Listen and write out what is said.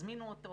יזמינו אותו